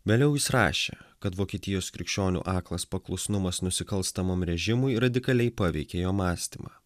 vėliau jis rašė kad vokietijos krikščionių aklas paklusnumas nusikalstamam režimui radikaliai paveikė jo mąstymą